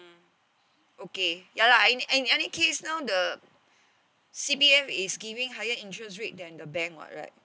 okay ya lah in an~ any case now the C_P_F is giving higher interest rate than the bank [what] right